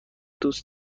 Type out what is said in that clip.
دوست